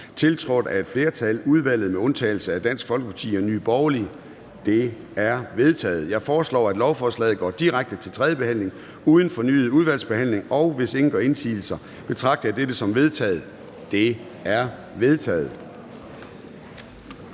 tiltrådt af et flertal (udvalget med undtagelse af DF og NB)? Det er vedtaget. Jeg foreslår, at lovforslaget går direkte til tredje behandling uden fornyet udvalgsbehandling. Hvis ingen gør indsigelse, betragter jeg dette som vedtaget. Det er vedtaget.